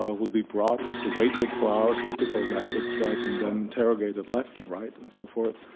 ah would be brought, waited for hours typical methods, right? and then interrogated left and right and so forth.